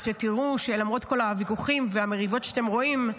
אז שתראו שלמרות כל הוויכוחים והמריבות שאתם רואים,